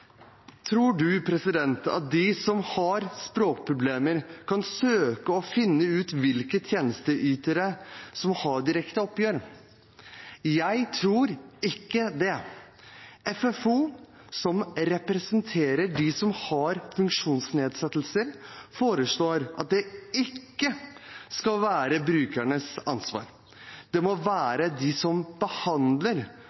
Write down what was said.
Tror statsråden at de som har språkproblemer, kan søke og finne ut hvilke tjenesteytere som har direkte oppgjør? Jeg tror ikke det. FFO, som representerer de som har funksjonsnedsettelser, foreslår at det ikke skal være brukernes ansvar. Det må